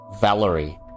Valerie